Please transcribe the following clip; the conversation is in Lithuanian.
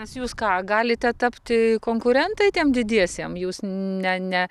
nes jūs ką galite tapti konkurentai tiem didiesiem jūs ne ne